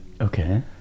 okay